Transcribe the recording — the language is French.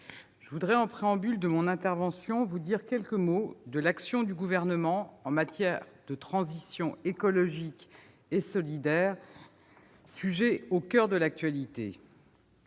je voudrais, en préambule de mon intervention, vous dire quelques mots de l'action du Gouvernement en matière de transition écologique et solidaire, sujet au coeur de l'actualité.